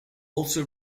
also